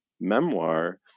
memoir